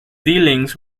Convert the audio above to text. dealings